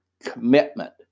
commitment